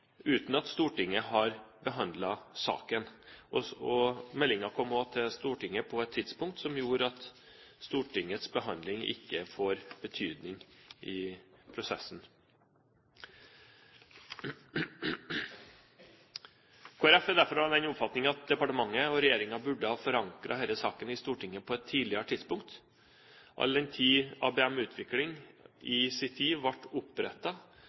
uten at Stortinget har behandlet saken. Meldingen kom også til Stortinget på et tidspunkt som gjorde at Stortingets behandling ikke får betydning i prosessen. Kristelig Folkeparti er derfor av den oppfatning at departementet og regjeringen burde ha forankret denne saken i Stortinget på et tidligere tidspunkt, all den tid ABM-utvikling i sin tid ble